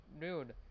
dude